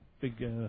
big